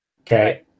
okay